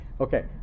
Okay